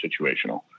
situational